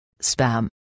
Spam